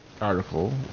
article